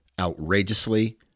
outrageously